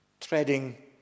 Treading